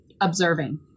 observing